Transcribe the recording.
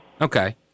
Okay